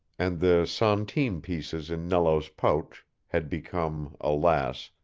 and the centime-pieces in nello's pouch had become, alas!